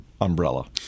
umbrella